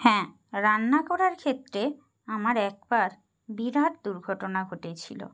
হ্যাঁ রান্না করার ক্ষেত্রে আমার একবার বিরাট দুর্ঘটনা ঘটেছিল